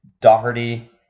Doherty